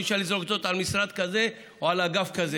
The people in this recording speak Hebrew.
ואי-אפשר לזרוק את זה על משרד כזה או על אגף כזה.